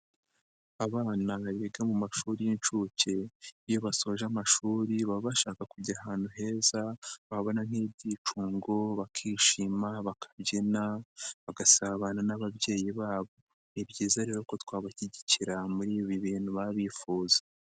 Abana biga mu mashuri y'inshuke, iyo basoje amashuri baba bashaka kujya ahantu heza babona nk'ibyi'icungo bakishima bakabyina, bagasabana n'ababyeyi babo. Ni byiza rero ko twabashyigikira muri ibi bintu baba bifuza.